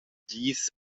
gis